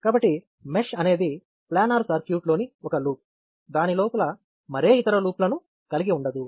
కాబట్టి మెష్ అనేది ప్లానర్ సర్క్యూట్లోని ఒక లూప్ దాని లోపల మరే ఇతర లూప్ లను కలిగి ఉండదు